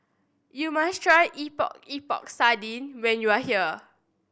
you must try Epok Epok Sardin when you are here